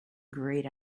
great